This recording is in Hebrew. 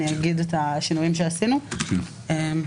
אני אגיד מה השינויים שעשינו ונצביע,